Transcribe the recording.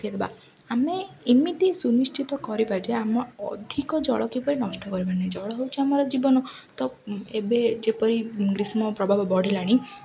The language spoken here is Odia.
ଆମେ ଏମିତି ସୁନିଶ୍ଚିତ କରିବା ଯେ ଆମ ଅଧିକ ଜଳ କିପରି ନଷ୍ଟ କରିବାରୁ ନାହିଁ ଜଳ ହେଉଛି ଆମର ଜୀବନ ତ ଏବେ ଯେପରି ଗ୍ରୀଷ୍ମ ପ୍ରଭାବ ବଢ଼ିଲାଣି